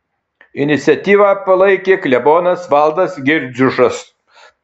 iniciatyvą palaikė klebonas valdas girdziušas